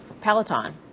Peloton